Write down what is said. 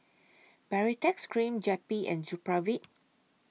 Baritex Cream Jappy and Supravit